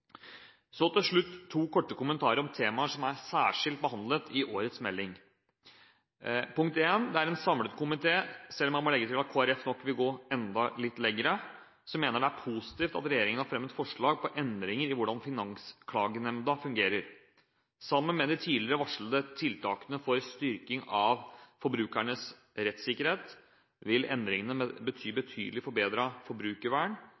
Så til slutt to korte kommentarer om temaer som er særskilt behandlet i årets melding. For det første: Det er en samlet komité, selv om jeg må legge til at Kristelig Folkeparti nok vil gå enda litt lenger, som mener det er positivt at regjeringen har fremmet forslag til endringer i hvordan Finansklagenemnda fungerer. Sammen med de tidligere varslede tiltakene for styrking av forbrukernes rettssikkerhet vil endringene bety betydelig forbedret forbrukervern